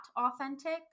authentic